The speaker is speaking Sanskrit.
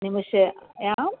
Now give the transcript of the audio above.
निमिषायां